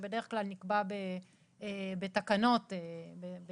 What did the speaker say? שבדרך כלל נקבע בתקנות ההנגשה.